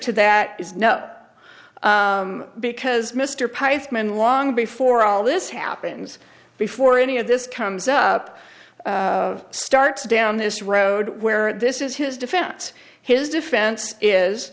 to that is no because mr price men long before all this happens before any of this comes up starts down this road where this is his defense his defense is